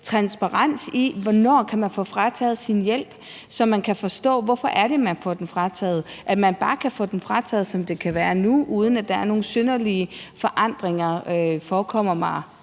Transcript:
transparens i, hvornår man kan få frataget sin hjælp, så man kan forstå, hvorfor det er, man får den frataget? At man bare kan få den frataget, som det kan være nu, uden at der er nogen synderlige forandringer, forekommer mig